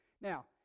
Now